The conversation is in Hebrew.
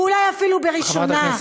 ואולי אפילו בראשונה,